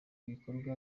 bikorwa